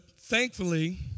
thankfully